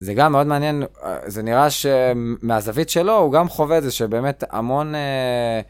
זה גם מאוד מעניין, זה נראה שמהזווית שלו הוא גם חווה איזה שבאמת המון...